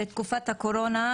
זה תקופת הקורונה,